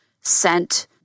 sent